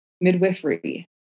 midwifery